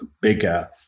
bigger